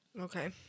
Okay